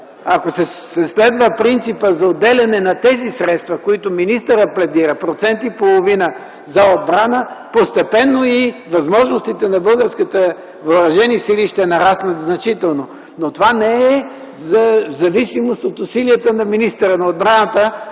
ако се следва принципът за отделяне на тези средства, за които пледира министърът – 1,5% за отбрана, постепенно възможностите на българските въоръжени сили ще нараснат значително. Това обаче не е в зависимост от усилията на министъра на отбраната,